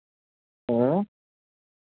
ᱦᱮᱸ